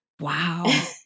Wow